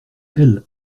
elles